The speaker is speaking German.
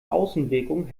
außenwirkung